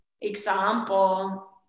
example